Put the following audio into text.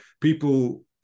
people